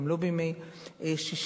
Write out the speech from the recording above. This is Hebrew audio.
גם לא בימי שישי.